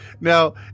now